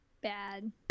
bad